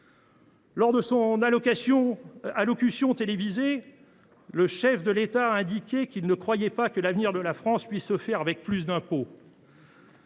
Lors de son allocution télévisée, le chef de l’État a indiqué qu’il ne croyait pas que l’avenir de la France puisse se faire avec plus d’impôts.